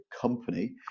company